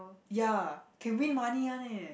ya can win money one eh